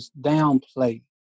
downplay